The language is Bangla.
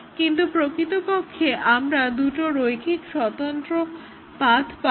কিন্তু প্রকৃতপক্ষে আমরা দুটো রৈখিকভাবে স্বতন্ত্র পাথ্ পাব